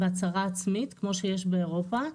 בהצהרה עצמית כמו שיש באירופה,